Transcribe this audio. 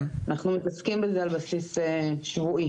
אנחנו מתעסקים בזה על בסיס שבועי.